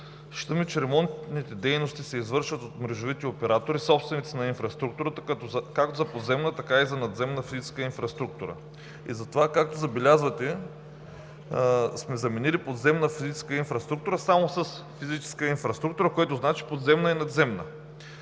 Считаме, че ремонтните дейности се извършват от мрежовите оператори – собственици на инфраструктурата, както за подземна, така и за надземна физическа инфраструктура. Затова, както забелязвате, сме заменили „подземна физическа инфраструктура“ само с „физическа инфраструктура“, което значи подземна и надземна.